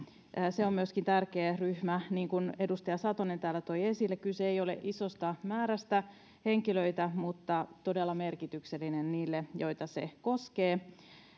se on myöskin tärkeä ryhmä niin kuin edustaja satonen täällä toi esille kyse ei ole isosta määrästä henkilöitä mutta asia on todella merkityksellinen niille joita se koskee